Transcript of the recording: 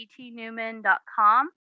etnewman.com